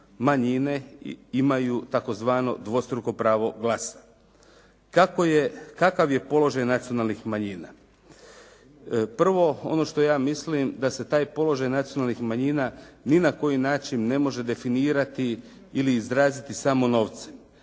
manjine imaju tzv. dvostruko pravo glasa. Kakav je položaj nacionalnih manjina? Prvo, ono što ja mislim da se taj položaj nacionalnih manjina ni na koji način ne može definirati ili izraziti samo novcem.